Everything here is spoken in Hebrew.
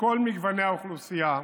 מכל גוני האוכלוסייה,